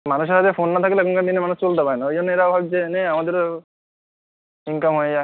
মানুষের হাতে ফোন না থাকলে এখনকার দিনে মানুষ চলতে পারে না ওই জন্য এরাও ভাবছে নে আমাদেরও ইনকাম হয়ে যাক